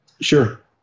Sure